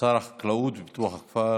שר החקלאות ופיתוח הכפר